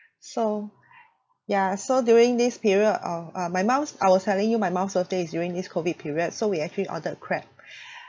so ya so during this period of uh my mum's I was telling you my mum's birthday is during this COVID period so we actually ordered crab